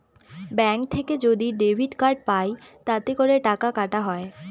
bank থেকে যদি debit card পাই তাতে করে টাকা কাটা হয়